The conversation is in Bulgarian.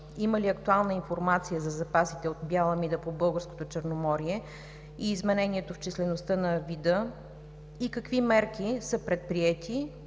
има ли актуална информация за запасите от бяла мида по българското Черноморие и изменението в числеността на вида? Какви мерки са предприети